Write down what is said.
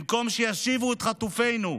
במקום שישיבו את חטופינו,